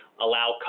allow